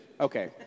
Okay